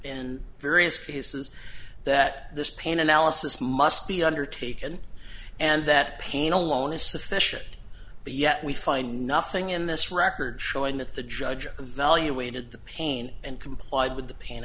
in various cases that this pain analysis must be undertaken and that pain alone is sufficient but yet we find nothing in this record showing that the judge evaluated the pain and complied with the pain